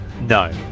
No